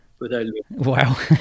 wow